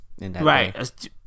right